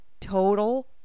total